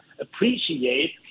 appreciate